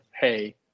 hey